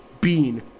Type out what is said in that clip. bean